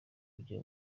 kujya